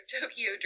Tokyo